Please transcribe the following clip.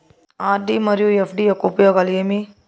RD మరియు FD యొక్క ఉపయోగాలు ఏమి?